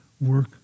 work